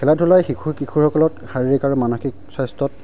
খেলা ধূলাই শিশু কিশোৰসকলক শাৰীৰিক আৰু মানসিক স্বাস্থ্যত